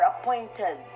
appointed